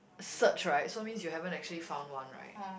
search right so means you haven't actually found one right